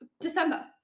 December